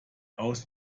aus